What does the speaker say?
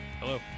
Hello